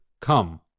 Come